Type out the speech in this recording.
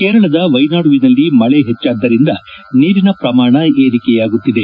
ಕೇರಳದ ವೈನಾಡುವಿನಲ್ಲಿ ಮಳೆ ಹೆಚ್ಚಾದ್ದರಿಂದ ನೀರಿನ ಪ್ರಮಾಣ ಏರಿಕೆಯಾಗುತ್ತಿದೆ